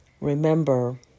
Remember